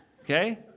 Okay